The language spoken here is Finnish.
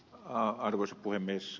arvoisa puhemies